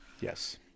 Yes